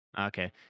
Okay